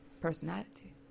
Personality